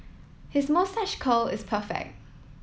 his moustache curl is perfect